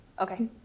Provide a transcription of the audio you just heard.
Okay